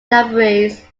libraries